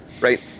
right